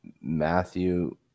Matthew